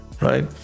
right